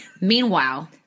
Meanwhile